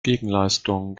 gegenleistung